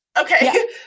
Okay